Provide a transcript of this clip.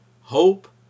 hope